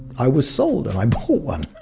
i was sold, and i bought one